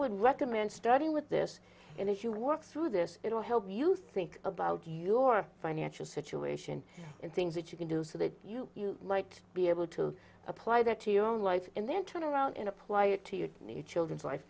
would recommend studying with this and if you work through this it will help you think about your financial situation and things that you can do so that you liked be able to apply that to your own life and then turn around and apply it to you and your children's life